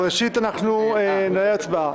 אז ראשית, אנחנו נעבור להצבעה.